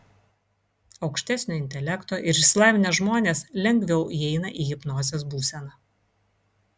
aukštesnio intelekto ir išsilavinę žmonės lengviau įeina į hipnozės būseną